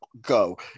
go